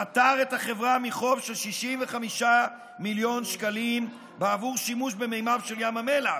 פטר את החברה מחוב של 65 מיליון שקלים בעבור שימוש במימיו של ים מלח.